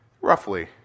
Roughly